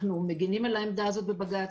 אנחנו מגינים על העמדה הזאת בבג"ץ,